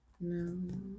No